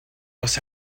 los